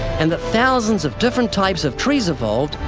and that thousands of different types of trees evolved,